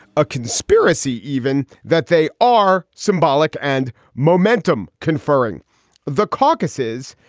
a conspiracy even that they are symbolic and momentum conferring the caucuses,